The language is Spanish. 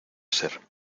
ser